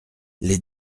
les